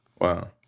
Wow